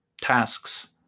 tasks